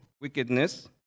wickedness